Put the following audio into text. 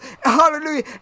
Hallelujah